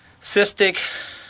cystic